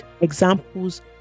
examples